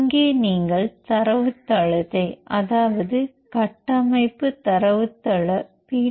இங்கே நீங்கள் தரவுத்தளத்தை அதாவது கட்டமைப்பு தரவுத்தள பி